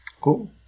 Cool